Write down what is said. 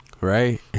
Right